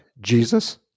Jesus